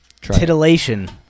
Titillation